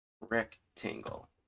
rectangle